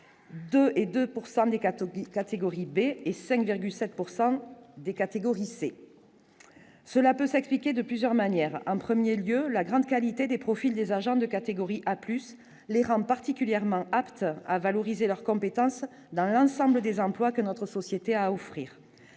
4 hôpitaux catégorie B et 5,7 pourcent des catégories C, cela peut s'expliquer de plusieurs manières : en 1er lieu la grande qualité des profils des agents de catégorie A, plus les rames particulièrement apte à valoriser leurs compétences dans l'ensemble des employes que notre société à offrir